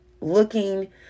looking